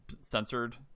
censored